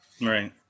Right